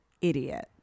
idiot